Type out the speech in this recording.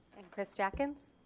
and chris jackins.